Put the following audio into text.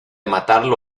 matarlo